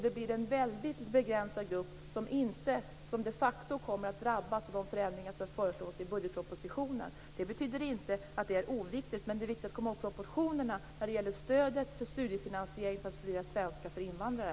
Det blir alltså en mycket begränsad grupp som kommer att drabbas av de förändringar som föreslås i budgetpropositionen. Det betyder inte att det är oviktigt, men det är viktigt att komma ihåg proportionerna när det gäller studiefinansieringen för att studera svenska för invandrare.